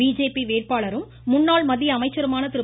BJP வேட்பாளரும் முன்னாள் மத்திய அமைச்சருமான திரு